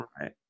Right